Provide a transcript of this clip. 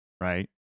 right